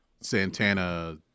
Santana